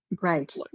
right